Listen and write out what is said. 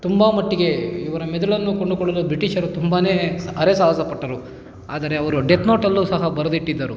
ತುಂಬ ಮಟ್ಟಿಗೆ ಇವರ ಮೆದುಳನ್ನು ಕೊಂಡುಕೊಳ್ಳಲು ಬ್ರಿಟಿಷರು ತುಂಬನೇ ಹರಸಾಹಸ ಪಟ್ಟರು ಆದರೆ ಅವರು ಡೆತ್ ನೋಟ್ ಅಲ್ಲೂ ಸಹ ಬರೆದಿಟ್ಟಿದ್ದರು